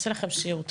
נעשה לכם סיור,